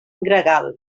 gregal